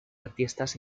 artistas